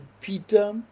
Peter